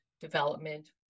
development